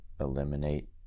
eliminate